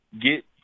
get